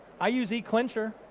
i use eclincher.